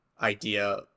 idea